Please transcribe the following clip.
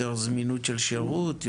זמינות של שירות,